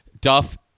Duff